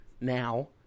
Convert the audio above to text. now